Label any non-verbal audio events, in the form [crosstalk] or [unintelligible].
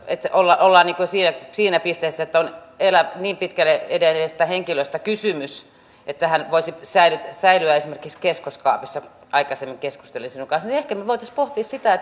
että jos ollaan siinä siinä pisteessä että on niin pitkälle edenneestä henkilöstä kysymys että hän voisi säilyä esimerkiksi keskoskaapissa aikaisemmin keskustelin sinun kanssasi ehkä me voisimme pohtia sitä [unintelligible]